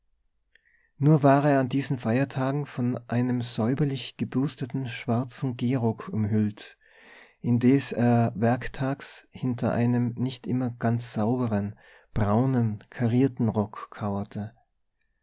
nur war er an diesen feiertagen von einem säuberlich gebürsteten schwarzen gehrock umhüllt indes er werktags hinter einem nicht immer ganz sauberen braunen karierten rock kauerte